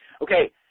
Okay